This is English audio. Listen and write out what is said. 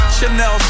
Chanel